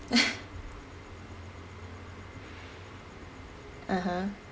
(uh huh)